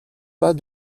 pas